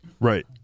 Right